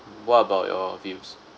what about your views